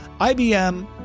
IBM